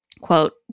quote